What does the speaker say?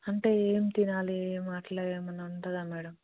అంటే ఏం తినాలి ఏమి అట్లా ఏమన్న ఉంటుందా మ్యాడమ్